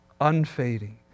unfading